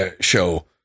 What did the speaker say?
show